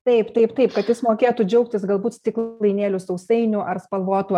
taip taip taip kad jis mokėtų džiaugtis galbūt stiklainėliu sausainių ar spalvotų